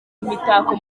imitako